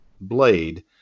blade